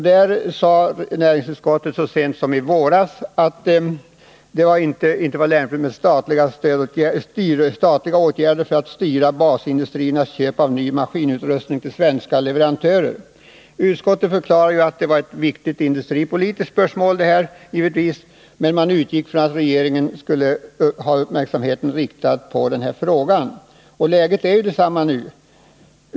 Näringsutskottet uttalade så sent som i våras att det inte var lämpligt med statliga åtgärder för att styra basindustriernas köp av ny maskinutrustning till svenska leverantörer. Utskottet förklarade att detta givetvis var ett viktigt industripolitiskt spörsmål, men man utgick ifrån att regeringen skulle ha uppmärksamheten riktad på den här frågan. Läget är detsamma nu.